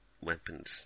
weapons